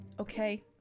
okay